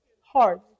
heart